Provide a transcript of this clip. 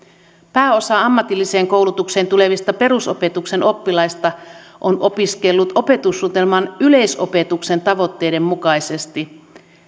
pääosa ammatilliseen koulutukseen tulevista perusopetuksen oppilaista on opiskellut opetussuunnitelman yleisopetuksen tavoitteiden mukaisesti